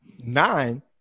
Nine